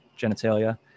genitalia